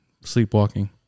Sleepwalking